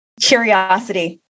Curiosity